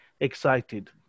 excited